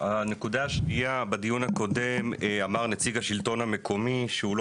הנקודה השנייה: בדיון הקודם אמר נציג השלטון המקומי שהוא לא